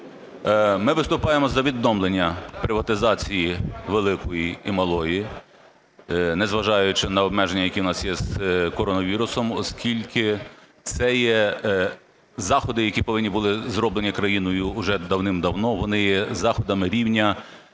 ми виступаємо за відновлення приватизації великої і малої, незважаючи на обмеження, які у нас є з коронавірусом. Оскільки це є заходи, які повинні бути зроблені країною вже давним-давно, вони є заходами рівня